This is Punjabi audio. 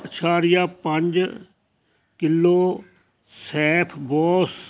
ਅਸ਼ਾਰੀਆ ਪੰਜ ਕਿਲੋ ਸੈਫ ਬੋਸ